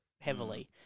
heavily